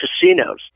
casinos